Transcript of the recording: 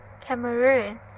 Cameroon